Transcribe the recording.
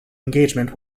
engagement